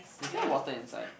is there water inside